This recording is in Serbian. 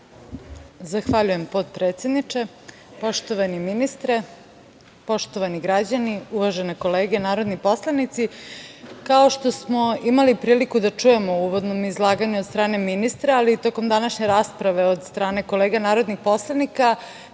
Zahvaljujem potpredsedniče. Poštovani ministre, poštovani građani, uvažene kolege narodni poslanici, kao, što smo imali priliku da čujemo u uvodnom izlaganju od strane ministra, ali i tokom današnje rasprave od strane kolega narodnih poslanika,